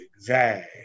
zag